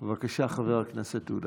בבקשה, חבר הכנסת עודה.